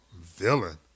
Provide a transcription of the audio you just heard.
villain